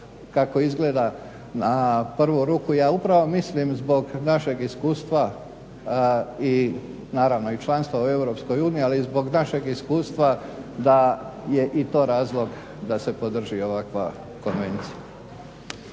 kako izgleda na prvu ruku. Ja upravo mislim zbog našeg iskustva i članstva u EU, ali i zbog našeg iskustva da je i to razlog da se podrži ovakva konvencija.